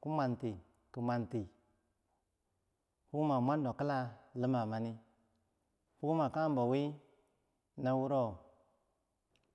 ku mwanti kimwanti, fukma nagendo kila lima mani, fukma kagembo wi nawuro.